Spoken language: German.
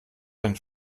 wenn